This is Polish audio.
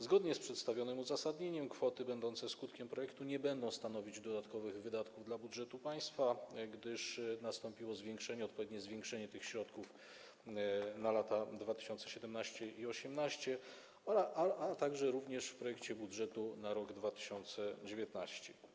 Zgodnie z przedstawionym uzasadnieniem kwoty będące skutkiem projektu nie będą stanowić dodatkowych wydatków dla budżetu państwa, gdyż nastąpiło odpowiednie zwiększenie tych środków na lata 2017 i 2018, a także w projekcie budżetu na rok 2019.